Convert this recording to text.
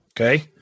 Okay